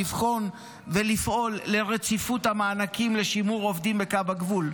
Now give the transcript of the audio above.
לבחון ולפעול לרציפות המענקים לשימור עובדים בקו הגבול.